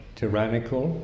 tyrannical